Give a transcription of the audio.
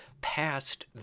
passed